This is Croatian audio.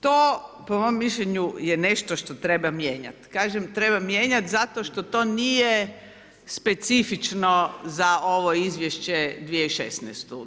To je po mom mišljenju je nešto treba mijenjat, kažem treba mijenjat zato što to nije specifično za ovo izvješće 2016.